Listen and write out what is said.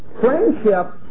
friendship